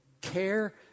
care